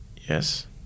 Yes